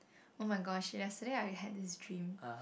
oh-my-gosh yesterday I had this dream